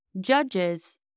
Judges